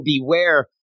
beware